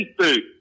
seafood